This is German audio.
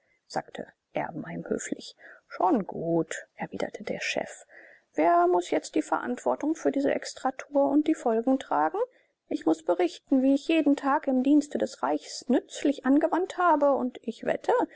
sagte erbenheim höflich schon gut erwiderte der chef wer muß jetzt die verantwortung für diese extratour und die folgen tragen ich muß berichten wie ich jeden tag im dienste des reichs nützlich angewandt habe und ich wette